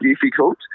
difficult